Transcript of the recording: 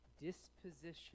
disposition